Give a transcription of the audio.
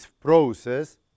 process